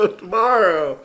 tomorrow